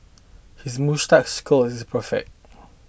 his moustache's curl is perfect